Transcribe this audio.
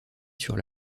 sur